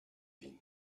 vigne